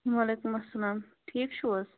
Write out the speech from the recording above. وعلیکُم اسلام ٹھیٖک چھُو حظ